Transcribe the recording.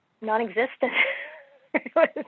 non-existent